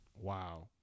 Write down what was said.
Wow